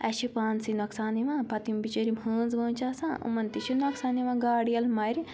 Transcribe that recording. اَسہِ چھِ پانسٕے نۄقصان یِوان پَتہٕ یِم بِچٲرۍ یِم ہٲنٛز وٲنٛز چھِ آسان یِمَن تہِ چھِ نۄقصان یِوان گاڈٕ ییٚلہِ مَرِ